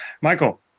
Michael